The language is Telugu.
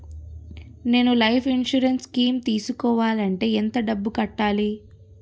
నేను లైఫ్ ఇన్సురెన్స్ స్కీం తీసుకోవాలంటే ఎంత డబ్బు కట్టాలి?